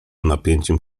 napięciem